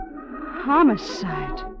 Homicide